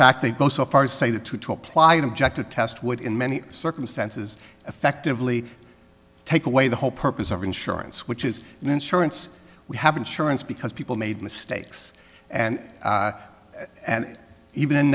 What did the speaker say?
fact they go so far as say that to apply an objective test would in many circumstances effectively take away the whole purpose of insurance which is an insurance we have insurance because people made mistakes and and even